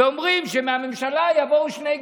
ואומרים שמהממשלה יבואו שני גברים,